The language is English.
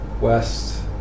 West